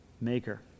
maker